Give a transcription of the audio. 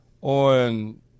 on